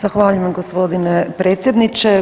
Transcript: Zahvaljujem g. predsjedniče.